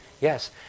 Yes